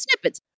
snippets